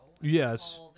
Yes